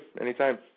Anytime